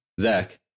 Zach